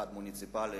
אחת מוניציפלית,